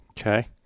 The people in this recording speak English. Okay